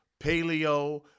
paleo